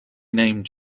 named